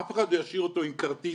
אף אחד לא ישאיר אותו עם כרטיס